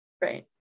Right